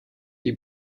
die